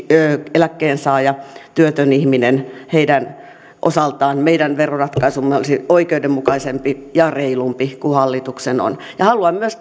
eläkkeensaaja työtön ihminen heidän osaltaan meidän veroratkaisumme olisi oikeudenmukaisempi ja reilumpi kuin hallituksen on haluan myös